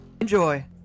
Enjoy